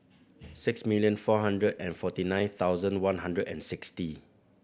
six million four hundred and forty nine thousand one hundred and sixty